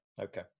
Okay